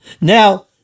Now